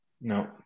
No